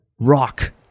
rock